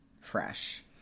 fresh